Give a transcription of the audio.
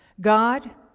God